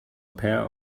pair